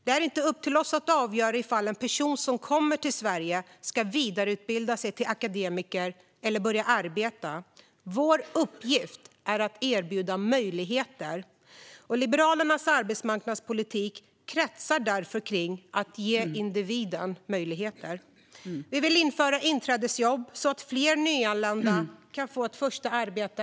Det är inte upp till oss att avgöra huruvida en person som kommer till Sverige ska vidareutbilda sig till akademiker eller börja arbeta. Vår uppgift är att erbjuda möjligheter. Liberalernas arbetsmarknadspolitik kretsar därför kring att ge individen möjligheter. Vi vill införa inträdesjobb så att fler nyanlända kan få ett första arbete.